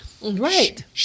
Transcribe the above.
Right